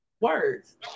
words